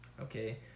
Okay